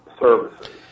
services